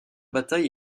bataille